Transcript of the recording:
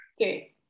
Okay